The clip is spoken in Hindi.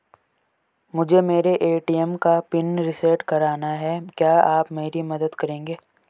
मुझे मेरे ए.टी.एम का पिन रीसेट कराना है क्या आप मेरी मदद करेंगे?